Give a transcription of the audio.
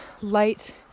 light